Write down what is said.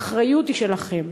האחריות היא שלכם.